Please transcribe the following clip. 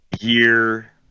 year